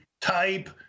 type